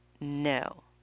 No